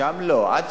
שם לא, עד